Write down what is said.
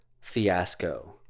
fiasco